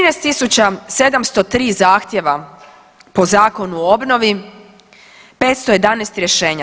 13.703 zahtjeva po zakonu o obnovi, 511 rješenja.